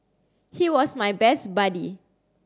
he was my best buddy